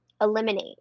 eliminate